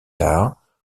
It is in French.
tard